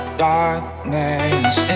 darkness